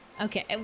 Okay